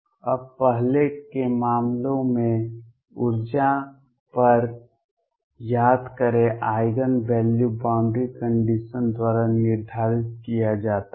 अब पहले के मामलों में ऊर्जा पर याद करें आइगेन वैल्यू बॉउंड्री कंडीशंस द्वारा निर्धारित किया जाता है